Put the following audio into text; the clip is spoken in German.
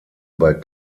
bei